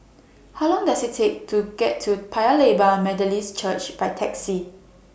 How Long Does IT Take to get to Paya Lebar Methodist Church By Taxi